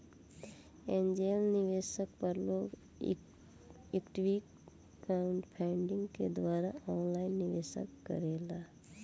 angel निवेशक पर लोग इक्विटी क्राउडफण्डिंग के द्वारा ऑनलाइन निवेश करेला